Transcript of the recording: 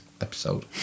episode